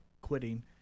quitting